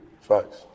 Facts